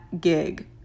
gig